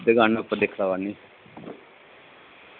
दुकाना उप्पर दिक्खी लाओ आह्ननियै